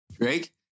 Drake